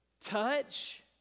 Touch